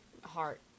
Heart